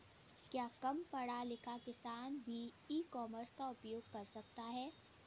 क्या कम पढ़ा लिखा किसान भी ई कॉमर्स का उपयोग कर सकता है?